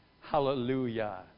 Hallelujah